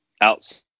outside